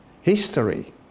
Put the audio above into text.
history